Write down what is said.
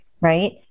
right